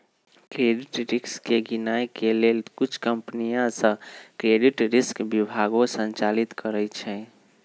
credit risk के गिनए के लेल कुछ कंपनि सऽ क्रेडिट रिस्क विभागो संचालित करइ छै